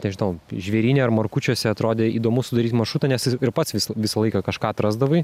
nežinau žvėryne ar markučiuose atrodė įdomu sudaryt maršrutą nes vis ir pats vis visą laiką kažką atrasdavai